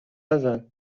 نزن